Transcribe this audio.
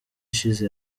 ishize